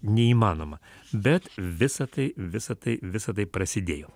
neįmanoma bet visa tai visa tai visa tai prasidėjo